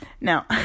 Now